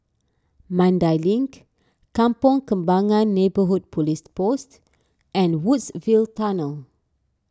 Mandai Link Kampong Kembangan Neighbourhood Police Post and Woodsville Tunnel